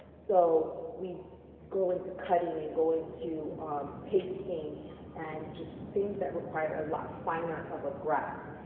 so we go into cutting and go into pasting and just things that require a lot finer of a grasp.